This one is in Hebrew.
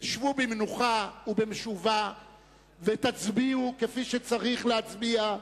שבו במנוחה ובמשובה ותצביעו כפי שצריך להצביע.